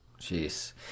Jeez